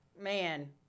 man